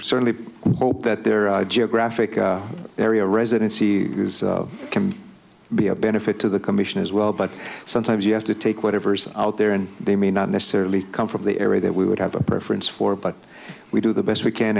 certainly hope that their geographic area residency can be a benefit to the commission as well but sometimes you have to take whatever's out there and they may not necessarily come from the area that we would have a preference for but we do the best we can